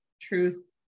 truth